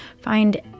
find